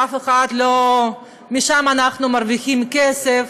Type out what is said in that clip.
אף אחד לא, משם אנחנו מרוויחים כסף.